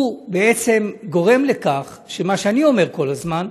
היא בעצם גורמת לכך שמה שאני אומר כל הזמן,